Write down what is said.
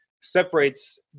separates